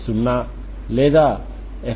సరేనా ఇది నాకు X00 ఇస్తుంది